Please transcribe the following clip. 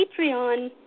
Patreon